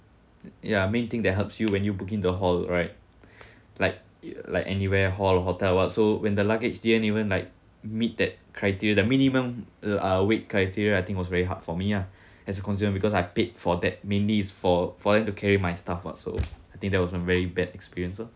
ya main thing that helps you when you book in the hall right like like anywhere hall hotel or what so when the luggage the even like meet that criteria that minimum uh weight criteria I think was very hard for me ah as you concerned because I paid for that mainly is for for them to carry my stuff ah so I think that was a very bad experience ah